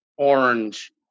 Orange